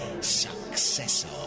successor